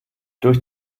durch